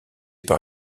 par